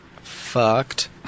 fucked